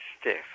stiff